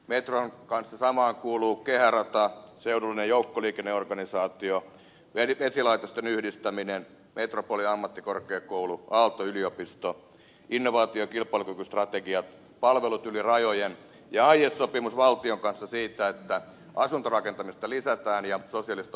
metron kanssa samaan kuuluvat kehärata seudullinen joukkoliikenneorganisaatio vesilaitosten yhdistäminen metropolia ammattikorkeakoulu aalto yliopisto innovaatio ja kilpailukykystrategiat palvelut yli rajojen ja aiesopimus valtion kanssa siitä että asuntorakentamista lisätään ja sosiaalista asuntotuotantoa lisätään